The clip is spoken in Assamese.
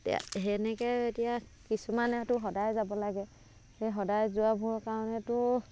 তিয়া তেনেকৈ এতিয়া কিছুমানেটো সদায় যাব লাগে সেই সদায় যোৱাবোৰৰ কাৰণেতো